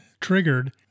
triggered